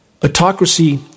Autocracy